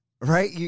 right